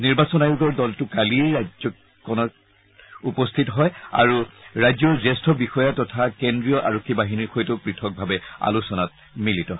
নিৰ্বাচন আয়োগৰ দলটো কালিয়েই ৰাজ্যকনত উপস্থিত হয় আৰু ৰাজ্যৰ জ্যেষ্ঠ বিষয়া তথ্য কেন্দ্ৰীয় আৰক্ষী বাহিনীৰ সৈতেও পৃথকভাৱে আলোচনাত মিলিত হয়